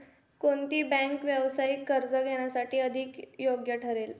कोणती बँक व्यावसायिक कर्ज घेण्यास अधिक योग्य ठरेल?